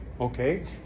Okay